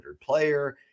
player